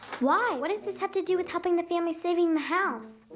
why? what does this have to do with helping the family save i mean the house?